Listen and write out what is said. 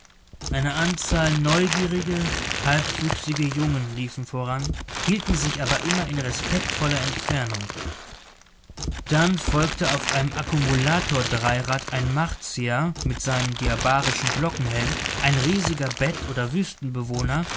eine anzahl neugierige halbwüchsige jungen liefen voran hielten sich aber immer in respektvoller entfernung dann folgte auf einem akkumulator dreirad ein martier mit seinem diabarischen glockenhelm ein riesiger bed oder